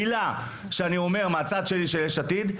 מילה שאני אומר מהצד שלי של יש עתיד,